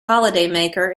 holidaymaker